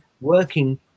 working